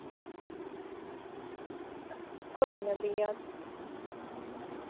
कोई ना भैया